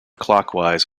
clockwise